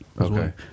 Okay